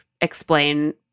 explain